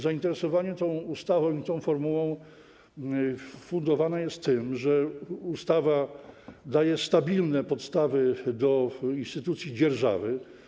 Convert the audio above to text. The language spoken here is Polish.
Zainteresowanie tą ustawą i tą formułą powodowane jest tym, że ustawa daje stabilne podstawy do instytucji dzierżawy.